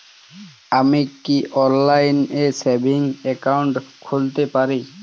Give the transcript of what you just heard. আমি কি অনলাইন এ সেভিংস অ্যাকাউন্ট খুলতে পারি?